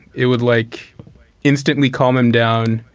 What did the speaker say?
it would like instantly calm him down.